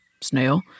Snail